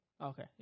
Okay